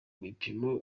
bipimo